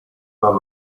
per